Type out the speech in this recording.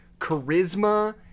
charisma